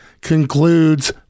concludes